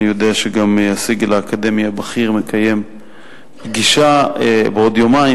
אני יודע שגם הסגל האקדמי הבכיר מקיים פגישה בעוד יומיים,